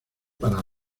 para